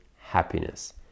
happiness